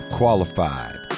qualified